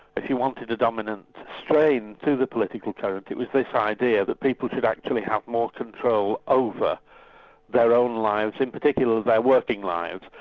but if you wanted a dominant strain to the political current, it was this idea that people should actually have more control over their own lives, in particular their working lives.